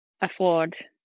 afford